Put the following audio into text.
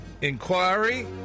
inquiry